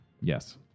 Yes